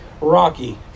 rocky